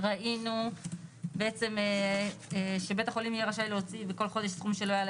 ראינו שבית החולים יהיה רשאי להוציא בכל חודש סכום שלא יעלה